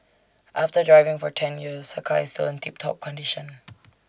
after driving for ten years her car is still in tip top condition